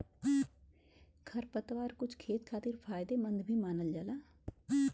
खरपतवार कुछ खेत के खातिर फायदेमंद भी मानल जाला